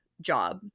job